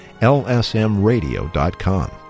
lsmradio.com